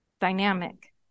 dynamic